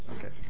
Okay